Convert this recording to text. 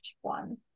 one